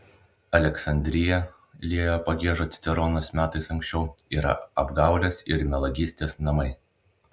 aleksandrija liejo pagiežą ciceronas metais anksčiau yra apgaulės ir melagystės namai